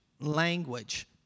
language